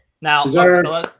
Now